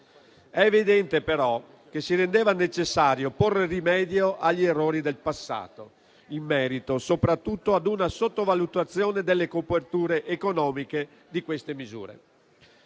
È evidente però che si rendeva necessario porre rimedio agli errori del passato in merito soprattutto ad una sottovalutazione delle coperture economiche di queste misure.